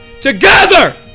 Together